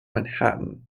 manhattan